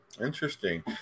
Interesting